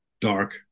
dark